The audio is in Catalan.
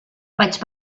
vaig